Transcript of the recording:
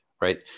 right